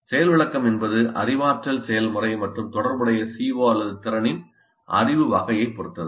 செயல் விளக்கம் என்பது அறிவாற்றல் செயல்முறை மற்றும் தொடர்புடைய CO அல்லது திறனின் அறிவு வகையைப் பொறுத்தது